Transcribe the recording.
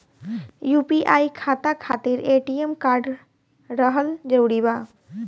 UPI खाता खातिर ATM card रहल जरूरी बा?